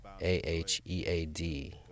A-H-E-A-D